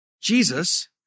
Jesus